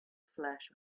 flash